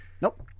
Nope